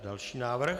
Další návrh.